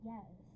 Yes